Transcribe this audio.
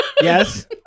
Yes